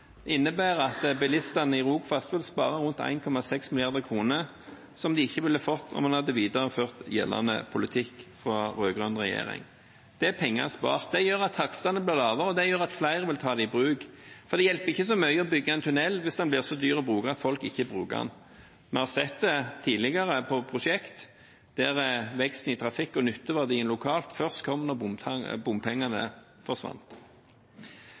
innebærer at bilistene i Rogfast vil spare rundt 1,6 mrd. kr som de ikke ville fått om en hadde videreført gjeldende politikk fra rød-grønn regjering. Det er penger spart. Det gjør at takstene blir lavere, og det gjør at flere vil ta det i bruk, for det hjelper ikke så mye å bygge en tunnel hvis den blir så dyr å bruke at folk ikke bruker den. Vi har sett det tidligere på prosjekter der veksten i trafikk og nytteverdien lokalt først kom da bompengene forsvant.